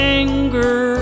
anger